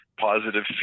positive